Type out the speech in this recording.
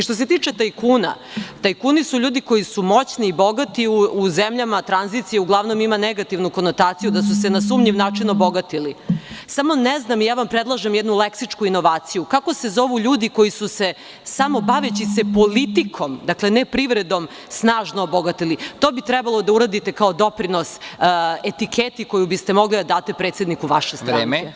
Što se tiče tajkuna, tajkuni su ljudi koji su moćni i bogati uzemljama tranzicije, a uglavnom ima negativnu konotaciju, da su se na sumnjiv način obogatili, ali ne znam i ja vam predlažem jednu leksičku inovaciju, kako se zovu ljudi koji su se samo baveći se politikom, ne privredom, snažno obogatili i to bi trebalo da uradite kao doprinos etiketi koju biste mogli da date predsedniku vaše stranke.